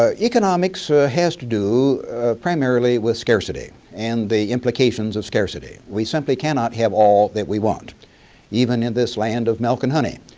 ah economics has to do primarily with scarcity and the implications of scarcity. we simply cannot have all that we want even in this land of milk and honey.